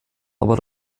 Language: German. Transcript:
aber